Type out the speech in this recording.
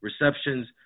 receptions